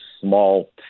small